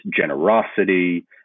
generosity